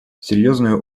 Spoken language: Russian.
серьезную